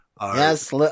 Yes